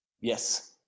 Yes